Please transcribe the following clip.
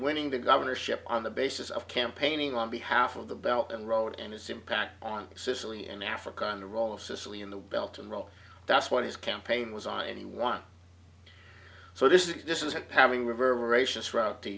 winning the governorship on the basis of campaigning on behalf of the belt and road and his impact on sicily in africa on the role of sicily in the belt and well that's what his campaign was on anyone so this is this is a having reverberations throughout the